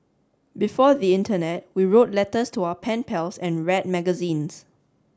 before the internet we wrote letters to our pen pals and read magazines